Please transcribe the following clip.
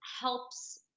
helps